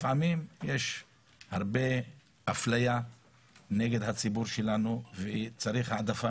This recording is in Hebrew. לפעמים יש הרבה אפליה נגד הציבור שלנו וצריך העדפה